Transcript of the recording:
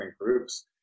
groups